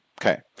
Okay